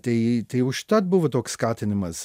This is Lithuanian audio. tai tai užtat buvo toks skatinimas